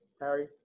Harry